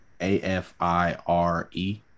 A-F-I-R-E